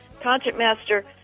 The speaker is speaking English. concertmaster